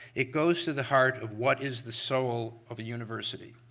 it goes to the heart of what is the soul of a university?